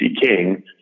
King